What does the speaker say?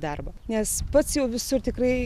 darbą nes pats jau visur tikrai